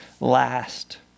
last